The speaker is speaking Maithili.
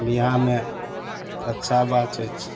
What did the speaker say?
बिआहमे अच्छा बात होइ छै